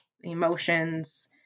emotions